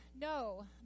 no